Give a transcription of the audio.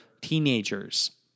teenagers